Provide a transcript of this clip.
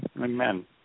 Amen